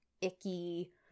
icky